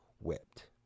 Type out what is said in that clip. wept